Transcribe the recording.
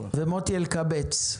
ומוטי אלקבץ.